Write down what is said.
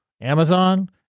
Amazon